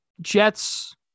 Jets